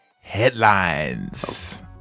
headlines